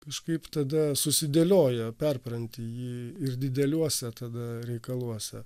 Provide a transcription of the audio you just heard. kažkaip tada susidėlioja perpranti jį ir dideliuose tada reikaluose